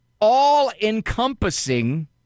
all-encompassing